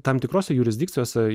tam tikrose jurisdikcijose